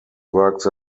works